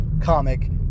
comic